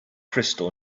crystal